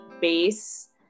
base